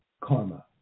karma